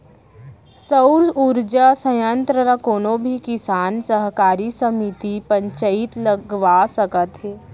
सउर उरजा संयत्र ल कोनो भी किसान, सहकारी समिति, पंचईत लगवा सकत हे